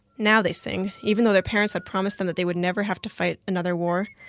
now, they sing, even though their parents had promised them that they would never have to fight another war,